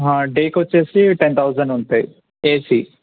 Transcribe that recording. డేకు వచ్చి ten thousand ఉంటాయి AC